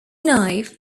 knife